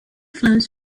flows